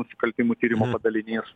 nusikaltimų tyrimo padalinys